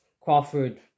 Crawford